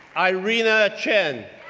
irina chen,